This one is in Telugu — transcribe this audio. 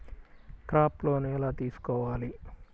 క్రాప్ లోన్ ఎలా తీసుకోవాలి?